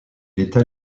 était